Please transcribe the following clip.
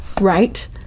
right